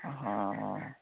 অঁ